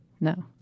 No